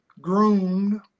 groomed